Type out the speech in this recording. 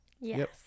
Yes